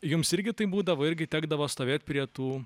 jums irgi taip būdavo irgi tekdavo stovėt prie tų